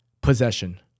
possession